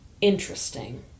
interesting